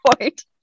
point